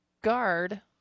guard